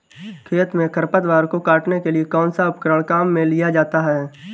खेत में खरपतवार को काटने के लिए कौनसा उपकरण काम में लिया जाता है?